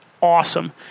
awesome